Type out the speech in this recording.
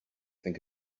think